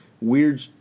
weird